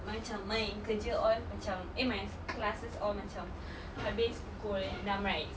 macam my kerja all macam eh my classes all macam habis pukul enam right